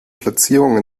platzierung